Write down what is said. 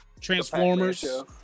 Transformers